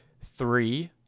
Three